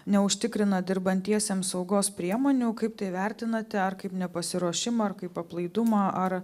neužtikrina dirbantiesiems saugos priemonių kaip tai vertinate ar kaip nepasiruošimą ar kaip aplaidumą ar